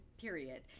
period